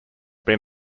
been